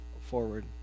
forward